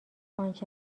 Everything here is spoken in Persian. آنچه